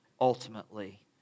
ultimately